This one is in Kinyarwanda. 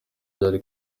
bari